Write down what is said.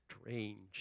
strange